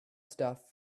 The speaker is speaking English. stuff